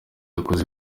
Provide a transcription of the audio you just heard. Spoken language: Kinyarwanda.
yakoze